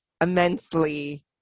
immensely